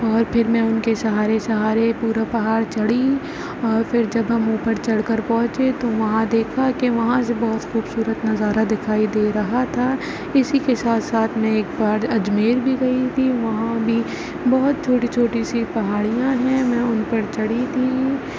اور پھر میں ان کے سہارے سہارے پورا پہاڑ چڑھی اور پھر جب ہم اوپر چڑھ کر پہنچے تو وہاں دیکھا کہ وہاں سے بہت خوبصورت نظارہ دکھائی دے رہا تھا اسی کے ساتھ ساتھ میں ایک بار اجمیر بھی گئی تھی وہاں بھی بہت چھوٹی چھوٹی سی پہاڑیاں ہیں میں ان پر چڑھی تھی